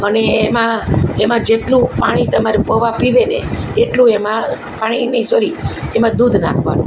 અને એમાં એમાં જેટલું પાણી તમારે પૌંઆ પીવે ને એટલું એમાં પાણી નહીં સોરી એમાં દૂધ નાખવાનું